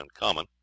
uncommon